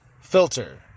filter